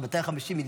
של 250 מיליארד